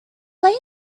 late